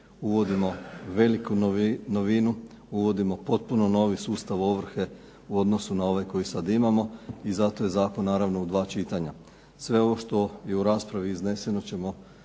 Uvodimo veliku novinu, uvodimo potpuno novi sustav ovrhe u odnosu na ovaj koji sad imamo i zato je zakon naravno u dva čitanja. Sve ovo što je u raspravi izneseno ćemo